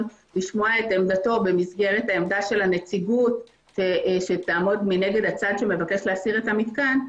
לשמוע את עמדתו במסגרת עמדת הנציגות שתעמוד מנגד הצד שמבקש להסיר את המתקן,